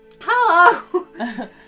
Hello